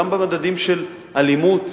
גם במדדים של אלימות.